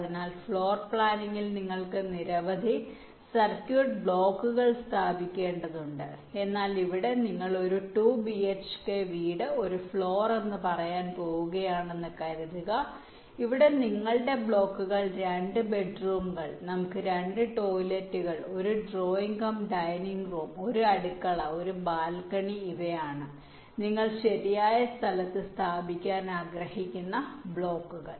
അതിനാൽ ഫ്ലോർ പ്ലാനിംഗിൽ നിങ്ങൾക്ക് നിരവധി സർക്യൂട്ട് ബ്ലോക്കുകൾ സ്ഥാപിക്കേണ്ടതുണ്ട് എന്നാൽ ഇവിടെ നിങ്ങൾ ഒരു 2 bhk വീട് ഒരു ഫ്ലോർ എന്ന് പറയാൻ പോവുകയാണെന്ന് കരുതുക ഇവിടെ നിങ്ങളുടെ ബ്ലോക്കുകൾ 2 ബെഡ്റൂമുകൾ നമുക്ക് 2 ടോയ്ലറ്റുകൾ 1 ഡ്രോയിംഗ് കം ഡൈനിംഗ് റൂം 1 അടുക്കള 1 ബാൽക്കണി ഇവയാണ് നിങ്ങളുടെ നിങ്ങൾ ശരിയായ സ്ഥലത്തു സ്ഥാപിക്കാനാഗ്രഹിക്കുന്ന ബ്ലോക്കുകൾ